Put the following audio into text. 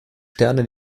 sterne